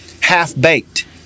half-baked